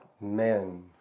men